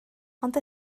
ond